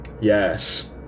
Yes